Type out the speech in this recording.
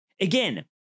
again